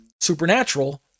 supernatural